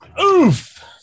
Oof